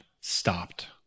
stopped